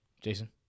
Jason